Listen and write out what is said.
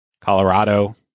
Colorado